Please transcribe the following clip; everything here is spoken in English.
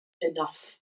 enough